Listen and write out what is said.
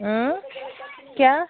क्या